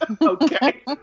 Okay